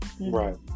Right